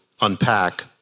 unpack